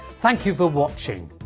thank you for watching,